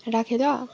राखेँ ल